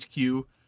HQ